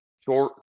short